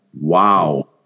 Wow